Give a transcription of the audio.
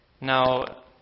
now